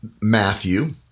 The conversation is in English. Matthew